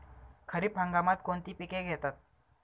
खरीप हंगामात कोणती पिके घेतात?